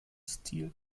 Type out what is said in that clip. stil